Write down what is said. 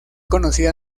conocida